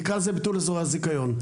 תקרא לזה ביטול אזורי הזיכיון.